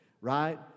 right